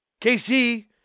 KC